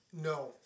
No